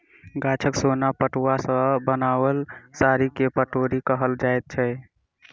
गाछक सोन पटुआ सॅ बनाओल साड़ी के पटोर कहल जाइत छै